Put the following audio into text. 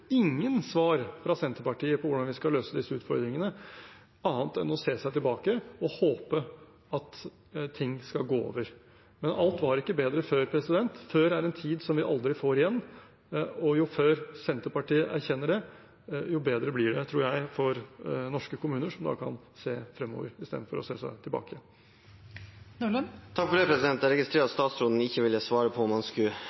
ingen svar fra Senterpartiet på hvordan vi skal løse disse utfordringene, annet enn å se seg tilbake og håpe at ting skal gå over. Men alt var ikke bedre før – før er en tid som vi aldri får igjen, og jo før Senterpartiet erkjenner det, jo bedre blir det, tror jeg, for norske kommuner, som da kan se fremover istedenfor å se seg tilbake.